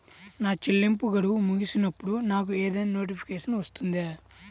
నా చెల్లింపు గడువు ముగిసినప్పుడు నాకు ఏదైనా నోటిఫికేషన్ వస్తుందా?